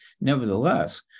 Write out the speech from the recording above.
nevertheless